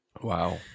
Wow